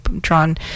drawn